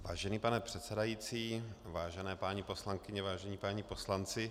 Vážený pane předsedající, vážené paní poslankyně, vážení páni poslanci...